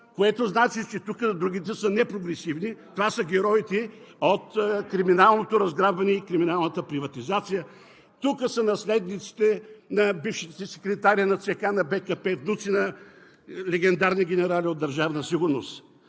което значи, че тук другите са непрогресивни. Това са героите от криминалното разграбване и от криминалната приватизация. Тук са наследниците на бившите секретари на ЦК на БКП, внуци на легендарни генерали от Държавна сигурност.